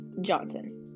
Johnson